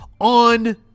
on